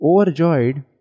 Overjoyed